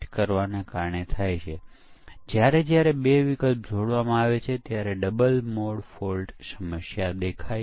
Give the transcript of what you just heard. ખરેખર વપરાશકર્તાઓ જેનો ઉપયોગ વધુ કરે છે તેનું પરીક્ષણ વધુ કરવું તે એક સારો વિચાર છે